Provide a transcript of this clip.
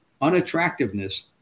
unattractiveness